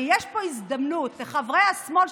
ויש פה הזדמנות לחברי השמאל,